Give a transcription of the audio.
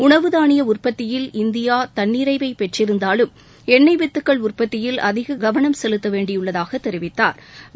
உணவு தாளிய உற்பத்தியில் இந்தியா தன்னிறவை பெற்றிருந்தாலும் எண்ணெய் வித்துக்கள் உற்பத்தியில் அதிக கவனம் செலுத்த வேண்டியுள்ளதாகத் தெரிவித்தா்